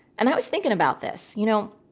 and i was thinking about this, you know,